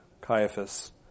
Caiaphas